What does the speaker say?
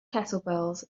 kettlebells